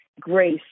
grace